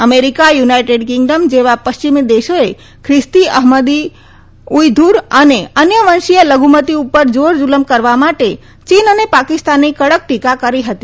America United Kingdom જેવા પશ્ચિમ દેશોએ ખ્રિસ્તી અહમદી ઉઈધુર અને અન્ય વંશીય લધુમતી ઉપર જારજુલમ કરવા માટે ચીન અને પાકિસ્તાનની ટીકા કડક ટીકા કરી હતી